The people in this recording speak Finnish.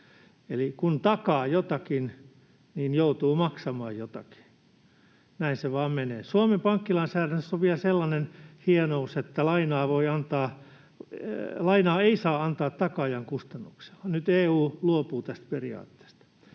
eli kun takaa jotakin, niin joutuu maksamaan jotakin, näin se vain menee. Suomen pankkilainsäädännössä on vielä sellainen hienous, että lainaa ei saa antaa takaajan kustannuksella. Nyt EU luopuu tästä periaatteesta.